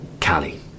Callie